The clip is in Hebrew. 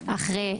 כמה מילים: